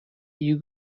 you